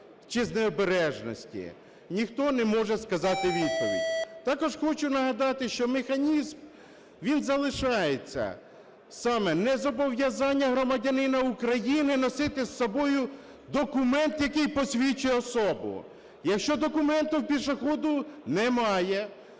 чи з необережності, ніхто не може сказати відповідь. Також хочу нагадати, що механізм, він залишається, саме: не зобов'язання громадянина України носити з собою документ, який посвідчує особу. Якщо документу у пішоходу немає,